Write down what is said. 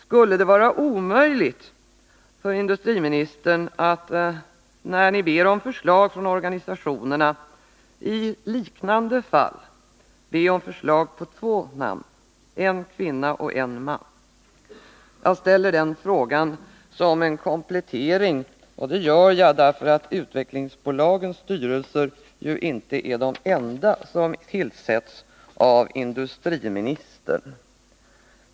Skulle det vara omöjligt för industriministern att, när ni ber om förslag från organisationerna i liknande fall, be om förslag på två namn, en kvinna och en man? Jag ställer den frågan som en komplettering, och det gör jag därför att utvecklingsbolagens styrelser ju inte är de enda som tillsätts av industriministern.